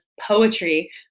poetry